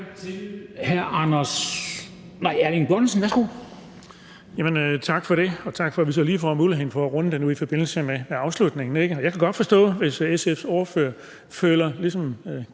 Tak for det, og tak for, at vi så lige får muligheden for at runde det nu i forbindelse med afslutningen. Jeg kan godt forstå, hvis SF's ordfører ligesom